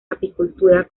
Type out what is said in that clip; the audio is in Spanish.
apicultura